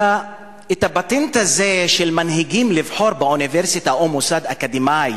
את הפטנט הזה של מנהיגים לבחור באוניברסיטה או במוסד אקדמי